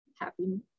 happy